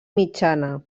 mitjana